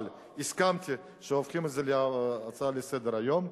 אבל הסכמתי להפוך את זה להצעה לסדר-היום.